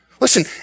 Listen